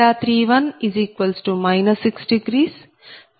963 p